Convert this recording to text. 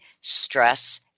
stress